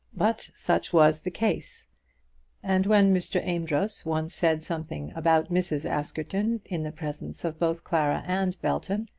but such was the case and when mr. amedroz once said something about mrs. askerton in the presence of both clara and belton,